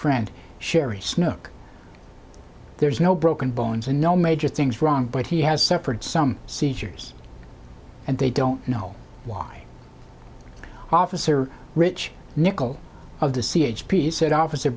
friend sherry snow there's no broken bones and no major things wrong but he has suffered some seizures and they don't know why officer rich nichols of the c h p said officer